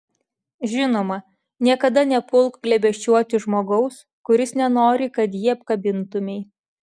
žinoma niekada nepulk glėbesčiuoti žmogaus kuris nenori kad jį apkabintumei